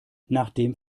nachdem